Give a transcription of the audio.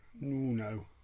No